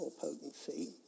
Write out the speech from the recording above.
potency